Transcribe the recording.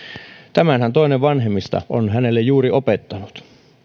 tämänhän toinen vanhemmista on hänelle juuri opettanut